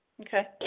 Okay